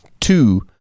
two